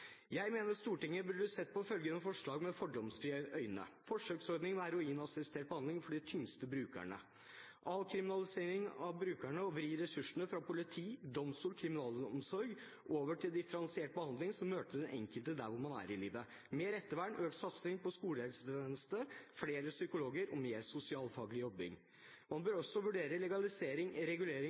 Jeg mener at Stortinget burde sett på følgende forslag med fordomsfrie øyne: forsøksordning med heroinassistert behandling for de tyngste brukerne avkriminalisering av brukerne og å vri ressursene fra politi, domstol og kriminalomsorg over til differensiert behandling som møter den enkelte der man er i livet, mer ettervern, økt satsing på skolehelsetjeneste, flere psykologer og mer sosialfaglig jobbing vurdere